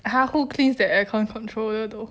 !huh! who cleans the aircon controller though